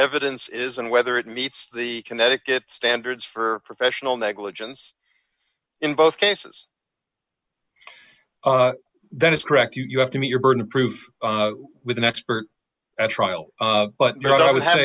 evidence is and whether it meets the connecticut standards for professional negligence in both cases that is correct you have to meet your burden of proof with an expert at trial but i would have